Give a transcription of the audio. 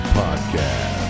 podcast